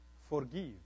forgive